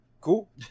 Cool